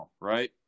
right